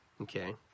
okay